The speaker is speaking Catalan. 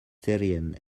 serien